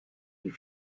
die